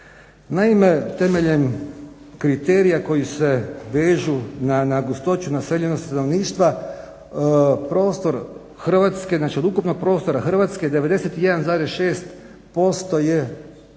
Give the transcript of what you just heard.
Naime, temeljem kriterija koji se vežu na gustoću naseljenosti stanovništva, prostor Hrvatske, znači od ukupnog prostora Hrvatske 91,6% je